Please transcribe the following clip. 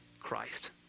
Christ